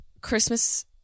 Christmas